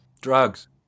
drugs